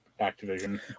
Activision